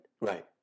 Right